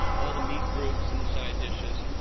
all the meat groups, and side dishes.